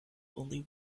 only